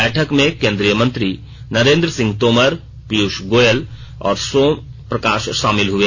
बैठक में केन्द्रीय मंत्री नरेन्द्र सिंह तोमर पीयूष गोयल और सोम प्रकाश शामिल हुए